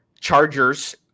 Chargers